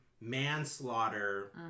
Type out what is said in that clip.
manslaughter